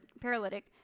paralytic